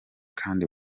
kandi